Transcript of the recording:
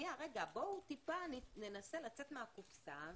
בואו טיפה ננסה לצאת מהקופסא,